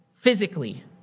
physically